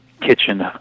kitchen